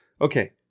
Okay